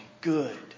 good